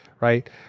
right